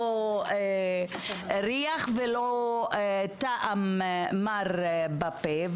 לא ריח ולא טעם מר בפה,